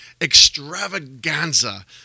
extravaganza